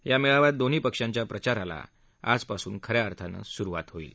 या मेळाव्यात दोन्ही पक्षांच्या प्रचाराला आजपासून खऱ्या अर्थानं सुरुवात होईल